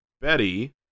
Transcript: Betty